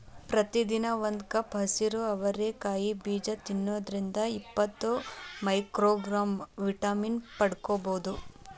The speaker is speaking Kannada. ಪ್ರತಿದಿನ ಒಂದು ಕಪ್ ಹಸಿರು ಅವರಿ ಕಾಯಿ ಬೇಜ ತಿನ್ನೋದ್ರಿಂದ ಇಪ್ಪತ್ತು ಮೈಕ್ರೋಗ್ರಾಂ ವಿಟಮಿನ್ ಪಡ್ಕೋಬೋದು